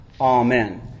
Amen